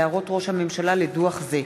והערות ראש הממשלה לדוח זה.